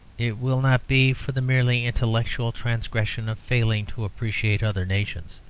it will not be for the merely intellectual transgression of failing to appreciate other nations,